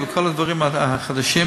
לוועדת החוקה,